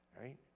Right